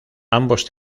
ambos